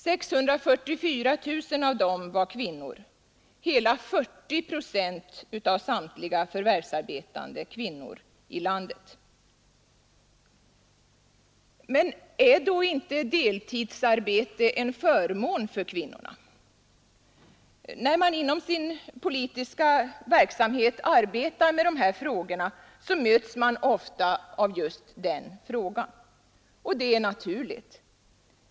644 000 av dem var kvinnor — Men är då inte deltidsarbete en förmån för kvinnorna? I det politiska arbetet möts man ofta av just den frågan. Och det är naturligt.